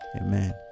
Amen